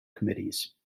committees